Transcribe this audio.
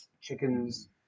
chickens